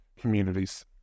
communities